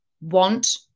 want